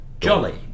Jolly